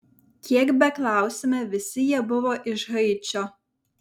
kiek beklausėme visi jie buvo iš haičio